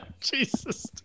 Jesus